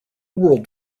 world